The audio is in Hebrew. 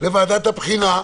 לוועדת הבחינה,